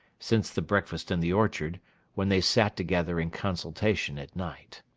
since the breakfast in the orchard when they sat together in consultation at night.